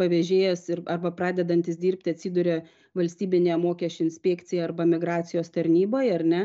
pavežėjas ir arba pradedantis dirbti atsiduria valstybinėje mokesčių inspekcijoje arba migracijos tarnyboj ar ne